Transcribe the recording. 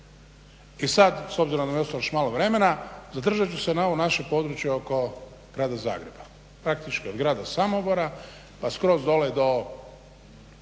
I sad, s obzirom da mi je ostalo još malo vremena, zadržat ću se na ovom našem području oko Grada Zagreba. Praktički od grada Samobora pa skroz dole do